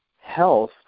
health